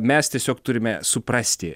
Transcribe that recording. mes tiesiog turime suprasti